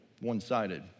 one-sided